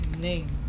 name